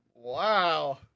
Wow